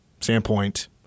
standpoint